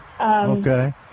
Okay